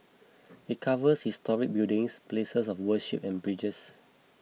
it covers historic buildings places of worship and bridges